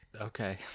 Okay